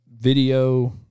video